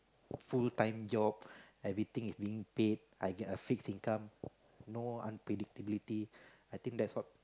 full time job everything is being paid I get a fixed income no unpredictability I think that's what